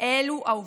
אלו העובדות.